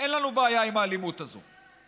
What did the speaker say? אין לנו בעיה עם האלימות הזאת.